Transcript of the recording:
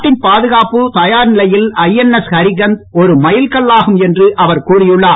நாட்டின் பாதுகாப்பு தயார் நிலையில் ஐஎன்எஸ் ஹரிகந்த் ஒரு மைல் கல்லாகும் என்று அவர் கூறியுள்ளார்